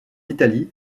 italie